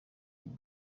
kim